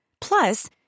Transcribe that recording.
Plus